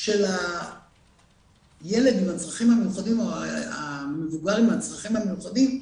של הילד עם הצרכים המיוחדים או המבוגר עם הצרכים המיוחדים,